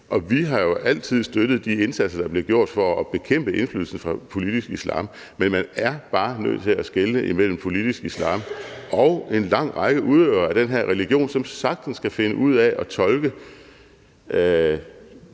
vi har jo altid støttet de indsatser, der er blevet gjort for at bekæmpe indflydelsen fra politisk islam, men man er bare nødt til at skelne mellem politisk islam og en lang række udøvere af den her religion, som sagtens kan finde ud af at tolke